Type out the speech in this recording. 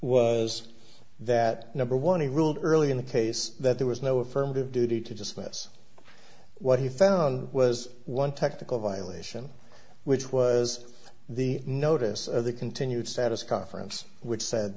was that number one he ruled early in the case that there was no affirmative duty to destroy us what he found was one technical violation which was the notice of the continued status conference which said